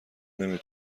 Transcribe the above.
نمی